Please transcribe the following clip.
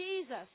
Jesus